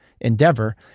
endeavor